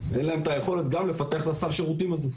אין להם את היכולת לפתח גם את סל השירותים הזה.